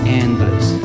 endless